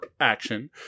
action